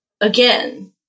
Again